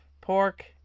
pork